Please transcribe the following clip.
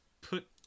put